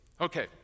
Okay